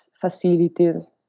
facilities